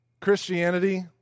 Christianity